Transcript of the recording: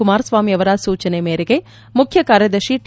ಕುಮಾರಸ್ವಾಮಿ ಅವರ ಸೂಚನೆ ಮೇರೆಗೆ ಮುಖ್ಯ ಕಾರ್ಯದರ್ಶಿ ಟಿ